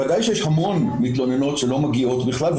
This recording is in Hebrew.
ודאי שיש המון מתלוננות שלא מגיעות בכלל,